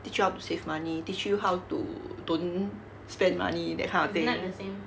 teach you how to save money teach you how to don't spend money that kind of thing